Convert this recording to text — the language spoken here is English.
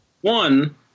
One